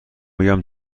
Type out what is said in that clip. بگم